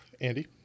Andy